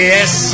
Yes